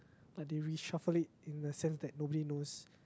but they reshuffle it in the sense that nobody knows